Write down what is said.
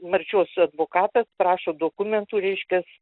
marčios advokatas prašo dokumentų reiškias